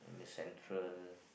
in the central